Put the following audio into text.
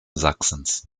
sachsens